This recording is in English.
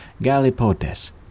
galipotes